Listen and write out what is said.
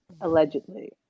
Allegedly